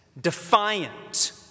defiant